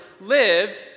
live